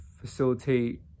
facilitate